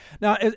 Now